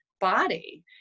body